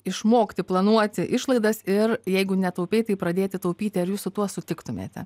išmokti planuoti išlaidas ir jeigu netaupei tai pradėti taupyti ar jūsų tuo sutiktumėte